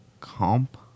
Comp